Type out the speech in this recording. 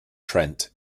trent